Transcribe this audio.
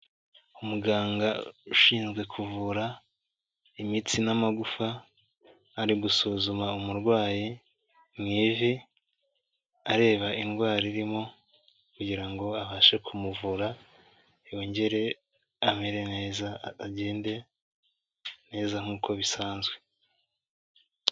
Umuganga ushinzwe kuvura imitsi n'amagufa, ari gusuzuma umurwayi mu ivi areba indwara irimo, kugira ngo abashe kumuvura yongere amere neza agende neza nk'uko bisanzwe.